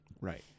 Right